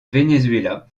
venezuela